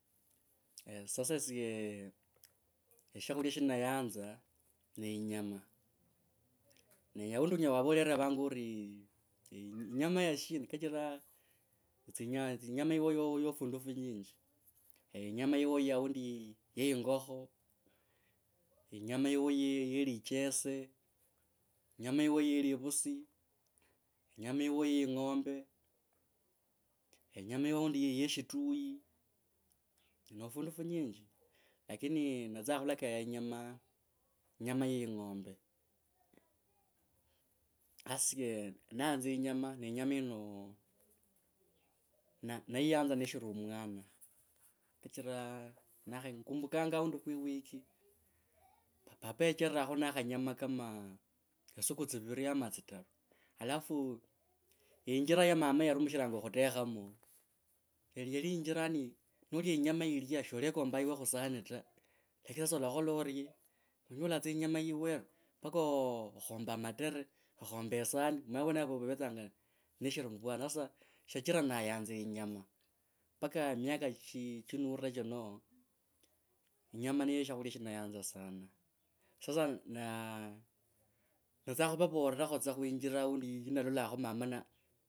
sasa esye shakhulya shanyanza ne yinyamana. Ne aundi anyola wava olerevanga orii, eeh, inyama ya shina, kachira, tsinya, inyama yo fundu fundi. Yinyama yiwo ya aundi ye ingokho, yinyama yiwe ye lichese. yinyama yiwe aundi ye shutuyu no fundu funyinyi. Lakini natsa khulakoya inyama, inyama ye ingombe. Asye nayanza yinyama, ne inyama yino nayjyanza neshiri. Mwana kachira nakha, ngumbukanga aundi khwi wiki papa yachererakho na khanyama ka tsi suku tsiviri no tsitaru, alafu injira ya mama yarumishi ranga khutekhamo yali, yali injira yani nolia inyama yilya shalekambanga yiwe khusahari ta lakini sasa olakhola orie? Wanyola tsa inyama yiwere mpaka okhomba matere, okhomba e sahani omanye vwenovo vwavetsanga neshiri mwana. Shachira ndayanza yinyama mpaka miaka chi, chinure chino yinyama niyo shakhulya sha ndayanza khuinjira aundi yanalolakho mama na.